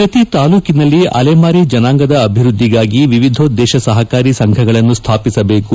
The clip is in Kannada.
ಪ್ರತಿ ತಾಲೂಕಿನಲ್ಲಿ ಅಲೆಮಾರಿ ಜನಾಂಗದ ಅಭಿವೃದ್ದಿಗಾಗಿ ವಿವಿಧೋದ್ದೇತ ಸಹಕಾರಿ ಸಂಘಗಳನ್ನು ಸ್ಥಾಪಿಸಬೇಕು